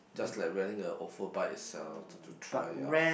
just like renting a Ofo Bike itself to try it out